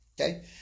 okay